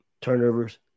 Turnovers